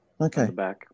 Okay